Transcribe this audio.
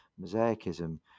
mosaicism